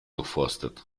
durchforstet